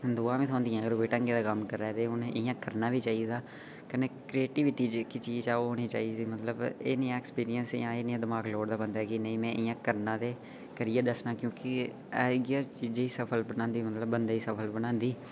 दुआं बी थ्होंदियां ढंगै दा कम्म करो ते इ'यां करना बी चाहिदा कन्नै क्रियटीबिटी जेह्की चीज ऐ ओह् होनी चाहिदी मतलब ऐ नेहा एक्पिरींस एह् नेहा दमाक लोड़दा बंधे कि में 'इयां करना ते करियै दस्सना क्योंकि इ'यै चीजें गी सफल बनांदियां मतलब बंदे गी सफल बनांदी